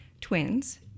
twins